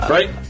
Right